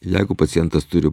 jeigu pacientas turi